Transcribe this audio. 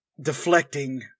deflecting